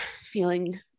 feeling